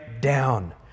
down